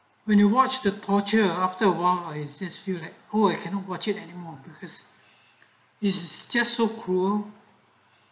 when you watch the porter after a wise is fueling oh I cannot watch it anymore because it's just so cruel